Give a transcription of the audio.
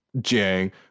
jang